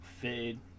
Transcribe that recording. Fade